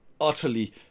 utterly